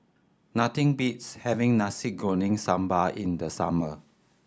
nothing beats having Nasi Goreng Sambal in the summer